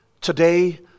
today